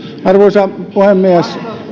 arvoisa puhemies